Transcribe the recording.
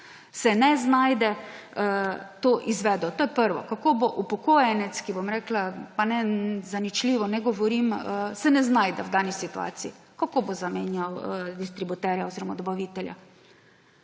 ne znajde, to izvedel? To je prvo. Kako bo upokojenec – bom rekla, pa zaničljivo ne govorim –, ki se ne znajde v dani situaciji, kako bo zamenjal distributerja oziroma dobavitelja?